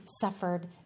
suffered